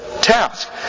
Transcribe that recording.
task